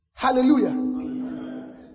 Hallelujah